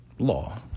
law